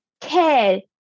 care